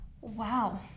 Wow